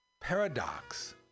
paradox